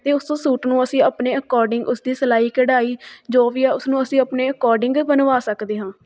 ਅਤੇ ਉਸ ਤੋਂ ਸੂਟ ਨੂੰ ਅਸੀਂ ਆਪਣੇ ਅਕੋਡਿੰਗ ਉਸਦੀ ਸਿਲਾਈ ਕਢਾਈ ਜੋ ਵੀ ਹੈ ਉਸਨੂੰ ਅਸੀਂ ਆਪਣੇ ਅਕੋਡਿੰਗ ਬਣਵਾ ਸਕਦੇ ਹਾਂ